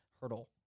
hurdle